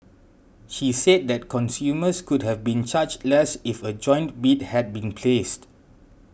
she said that consumers could have been charged less if a joint bid had been placed